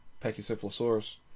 Pachycephalosaurus